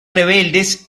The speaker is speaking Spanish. rebeldes